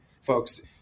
folks